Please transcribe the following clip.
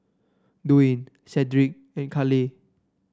Dwaine Sedrick and Carleigh